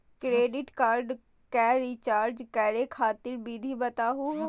Credit card क recharge करै खातिर विधि बताहु हो?